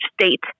state